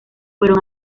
fueron